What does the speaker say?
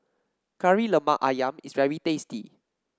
Kari Lemak ayam is very tasty